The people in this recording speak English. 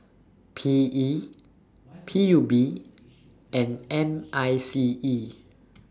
P E P U B and M I C E